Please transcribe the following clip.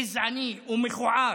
גזעני ומכוער,